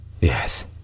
yes